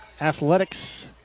Athletics